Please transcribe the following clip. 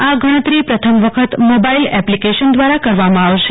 આ ગણતરી પ્રથમ વખત મોબાઇલ એપ્લિકેશન દ્વારા કરવામાં આવનાર છે